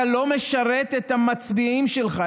אתה לא משרת את המצביעים שלך,